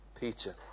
Peter